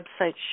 website